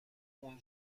اون